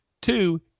Two